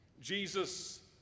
Jesus